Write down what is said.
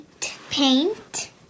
paint